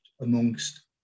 amongst